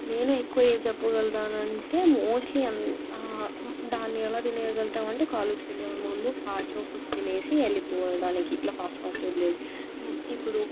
నేను ఎక్కువగా ఏం చెప్పగలను అంటే మోస్ట్లీ దాన్ని ఎలా తినేయగలుగుతామంటే కాలేజీకి వెళ్లేముందు వెళ్లేవాళ్లు ఫాస్ట్గా ఫుడ్ తినేసి వెళ్లిపోవడానికి ఇట్లా ఫాస్ట్ ఫాస్ట్గా